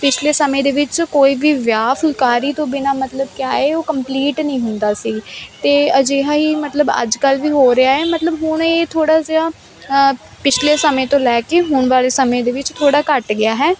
ਪਿਛਲੇ ਸਮੇਂ ਦੇ ਵਿੱਚ ਕੋਈ ਵੀ ਵਿਆਹ ਫੁਲਕਾਰੀ ਤੋਂ ਬਿਨਾਂ ਮਤਲਬ ਕਿਆ ਹੈ ਉਹ ਕੰਪਲੀਟ ਨਹੀਂ ਹੁੰਦਾ ਸੀ ਤੇ ਅਜਿਹਾ ਹੀ ਮਤਲਬ ਅੱਜ ਕੱਲ ਵੀ ਹੋ ਰਿਹਾ ਹ ਮਤਲਬ ਹੁਣ ਇਹ ਥੋੜਾ ਜਿਹਾ ਪਿਛਲੇ ਸਮੇਂ ਤੋਂ ਲੈ ਕੇ ਹੁਣ ਵਾਲੇ ਸਮੇਂ ਦੇ ਵਿੱਚ ਥੋੜਾ ਘੱਟ ਗਿਆ ਹੈ